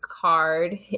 card